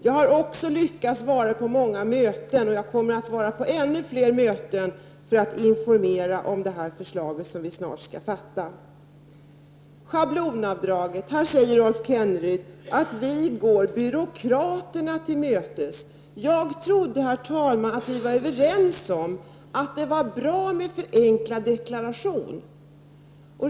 Jag har också lyckats vara med på många möten, och jag kommer att vara med på ännu fler möten för att informera om det förslag som vi snart skall fatta beslut om. Rolf Kenneryd säger beträffande schablonavdraget att vi går byråkraterna till mötes. Jag trodde, herr talman, att vi var överens om att det var bra med förenklad deklaration.